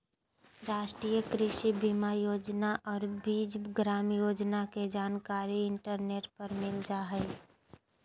राष्ट्रीय कृषि बीमा योजना और बीज ग्राम योजना के जानकारी इंटरनेट पर मिल जा हइ